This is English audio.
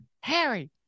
Harry